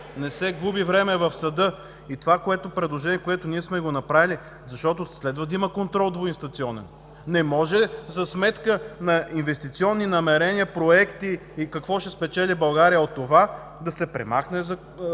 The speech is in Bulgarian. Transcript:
Не се губи време в съда! Това предложение, което сме го направили, е, защото следва да има двуинстанционен контрол. Не може за сметка на инвестиционни намерения, проекти и какво ще спечели България от това, да се премахне